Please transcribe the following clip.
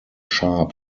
sharp